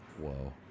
Whoa